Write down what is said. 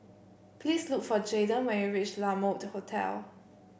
please look for Jaiden when you reach La Mode Hotel